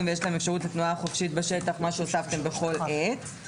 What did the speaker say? ויש להן אפשרות לתנועה חופשית בשטח וכאן הוספתם בכל עת,